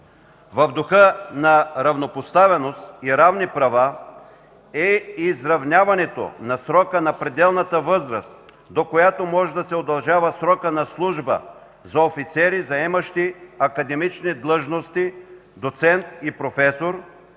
В духа на равнопоставеност и равни права е изравняването на срока на пределната възраст, до която може да се удължава срока на службата за офицери, заемащи академични длъжности „доцент” и „професор”,